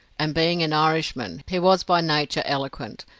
and being an irishman, he was by nature eloquent,